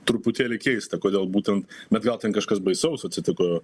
truputėlį keista kodėl būtent na gal ten kažkas baisaus atsitiko